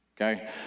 okay